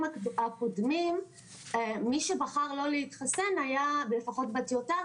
הקודמים מי שבחר לא להתחסן היה לפחות בטיוטה,